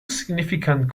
significant